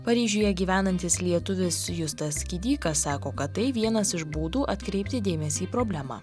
paryžiuje gyvenantis lietuvis justas kidykas sako kad tai vienas iš būdų atkreipti dėmesį į problemą